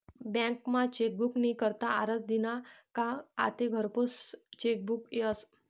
बँकमा चेकबुक नी करता आरजं दिना का आते घरपोच चेकबुक यस